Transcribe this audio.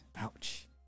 ouch